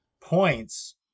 points